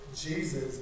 jesus